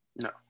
No